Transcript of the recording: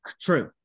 True